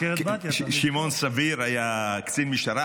שמעון סביר היה קצין משטרה,